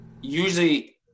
usually